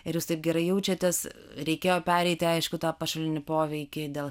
ir jūs taip gerai jaučiatės reikėjo pereiti aišku tą pašalinį poveikį dėl